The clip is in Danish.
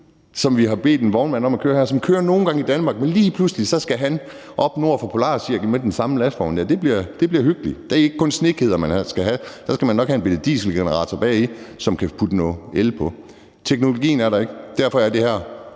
har vi bedt en vognmand om, som nogle gange kører i Danmark, men lige pludselig skal han op nord for polarcirklen med den samme lastbil; ja, det bliver hyggeligt! Det er ikke kun snekæder, man skal have – der skal man nok have en bitte dieselgenerator bagi, som kan levere noget el. Teknologien er der ikke. Derfor er det her